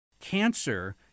Cancer